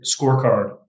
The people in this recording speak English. scorecard